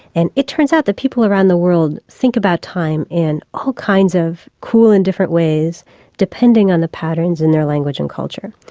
and it turns out that people around the world think about time in all kinds of cool and different ways depending on the patterns in their language and culture.